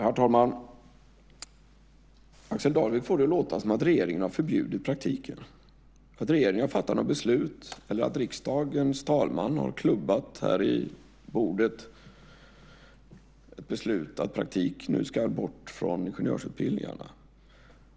Herr talman! Axel Darvik får det att låta som att regeringen har förbjudit praktiken, att regeringen har fattat något beslut eller att riksdagens talman har klubbat ett beslut här i bordet om att praktik nu ska bort från ingenjörsutbildningarna.